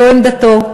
זו עמדתו.